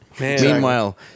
Meanwhile